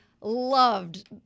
loved